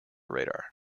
radar